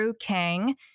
Kang